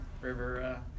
river